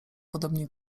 podobni